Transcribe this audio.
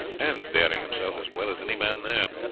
and bearing himself as well as any man there.